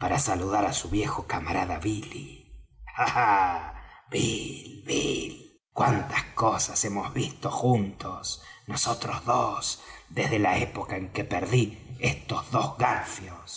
para saludar á su viejo camarada billy ah bill bill cuántas cosas hemos visto juntos nosotros dos desde la época en que perdí estos dos garfios